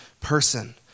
person